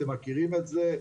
אתם מכירים את זה.